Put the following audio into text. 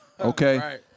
Okay